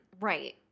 right